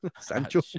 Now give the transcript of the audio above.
Sancho